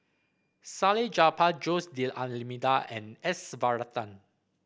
Salleh Japar Jose D'Almeida and S Varathan